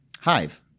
hive